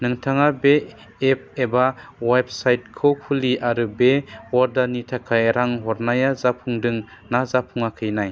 नोंथाङा बे एप एबा अवेबसाइटखौ खुलि आरो बे अर्डारनि थाखाय रां हरनाया जाफुंदोंना जाफुङाखै नाय